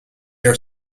are